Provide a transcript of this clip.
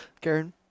Karen